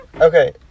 okay